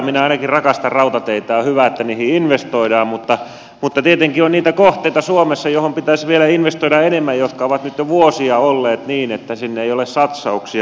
minä ainakin rakastan rautateitä ja on hyvä että niihin investoidaan mutta tietenkin on niitä kohteita suomessa joihin pitäisi investoida vielä enemmän ja jotka ovat nyt jo vuosia olleet niin että niihin ei ole satsauksia tullut